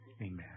Amen